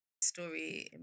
story